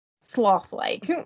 sloth-like